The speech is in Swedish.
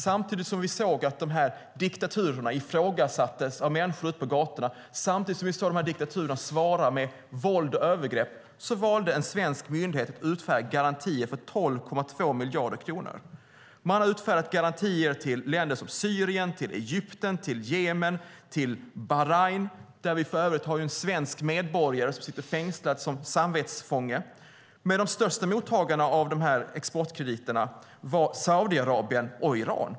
Samtidigt som vi såg att de här diktaturerna ifrågasattes av människor ute på gatorna och samtidigt som vi såg de här diktaturerna svara med våld och övergrepp valde en svensk myndighet att utfärda garantier för 12,2 miljarder kronor. Man har utfärdat garantier till länder som Syrien, Egypten, Jemen och Bahrain - där för övrigt en svensk medborgare sitter fängslad som samvetsfånge. Men de största mottagarna av de här exportkrediterna var Saudiarabien och Iran.